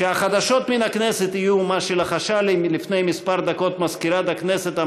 שהחדשות מן הכנסת יהיו מה שלחשה לי לפני כמה דקות מזכירת הכנסת.